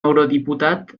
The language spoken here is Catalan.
eurodiputat